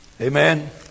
amen